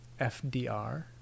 FDR